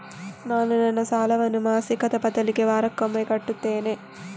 ನಾನು ನನ್ನ ಸಾಲವನ್ನು ಮಾಸಿಕದ ಬದಲಿಗೆ ವಾರಕ್ಕೊಮ್ಮೆ ಕಟ್ಟುತ್ತೇನೆ